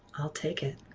i'll take it.